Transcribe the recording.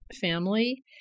family